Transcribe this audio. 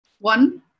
one